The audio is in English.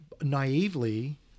naively